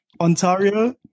ontario